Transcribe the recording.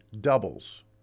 doubles